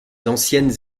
anciennes